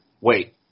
wait